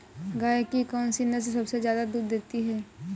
गाय की कौनसी नस्ल सबसे ज्यादा दूध देती है?